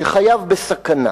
שחייו בסכנה.